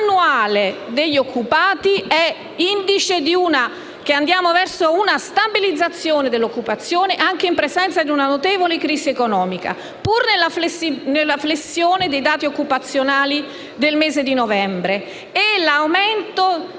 annuale degli occupati è indice del fatto che andiamo verso una stabilizzazione dell'occupazione, anche in presenza di una notevole crisi economica, pur nella flessione dei dati occupazionali del mese di novembre.